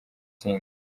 tsinda